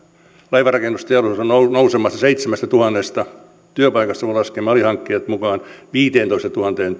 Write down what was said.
laivanrakennusteollisuus on nousemassa seitsemästätuhannesta työpaikasta kun laskemme alihankkijat mukaan viiteentoistatuhanteen